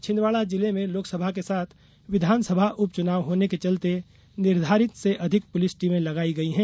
छिन्दवाड़ा जिले में लोकसभा के साथ विधानसभा उप चुनाव होने के चलते निर्धारित से अधिक पुलिस टीमें लगायी गयी हैं